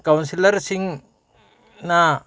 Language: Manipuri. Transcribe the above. ꯀꯥꯎꯟꯁꯤꯜꯂꯔꯁꯤꯡꯅ